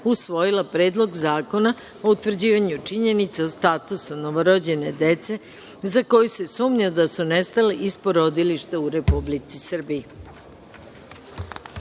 usvojila Predlog zakona o utvrđivanju činjenica o statusu novorođene dece, za koju se sumnja da su nestala iz porodilišta u Republici